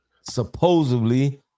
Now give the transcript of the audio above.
supposedly